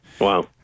Wow